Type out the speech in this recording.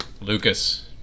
Lucas